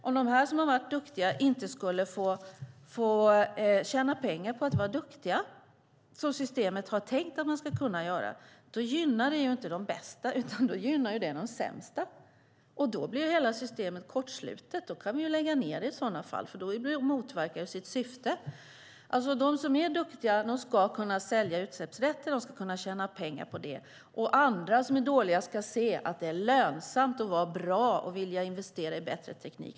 Om de som varit duktiga inte skulle få tjäna pengar på att vara duktiga, vilket är tanken med systemet, gynnar det inte de bästa utan de sämsta, och därmed blir hela systemet kortslutet. I så fall kan vi lägga ned det, för då motverkar det ju sitt syfte. De som är duktiga ska kunna sälja utsläppsrätter. De ska kunna tjäna pengar på det. Andra, som är dåliga, ska se att det är lönsamt att vara bra och vilja investera i bättre teknik.